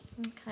Okay